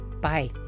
Bye